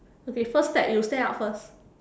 okay first step you stand up first